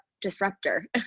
disruptor